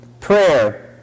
prayer